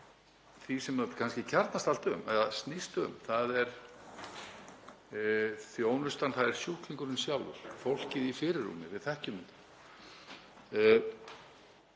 því sem þetta kjarnast allt í eða snýst um, það er þjónustan og sjúklingurinn sjálfur, fólkið í fyrirrúmi. Við þekkjum þetta.